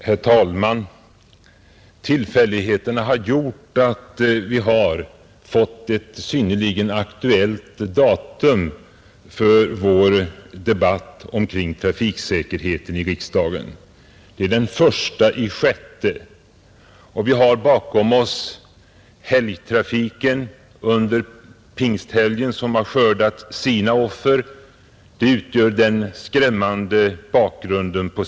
Herr talman! Tillfälligheterna har gjort att vi har fått ett synnerligen aktuellt datum för vår debatt i riksdagen kring trafiksäkerheten. Det är den 1 juni och vi har bakom oss helgtrafiken under pingsten som skördat sina offer, Det utgör på sitt sätt den skrämmande bakgrunden.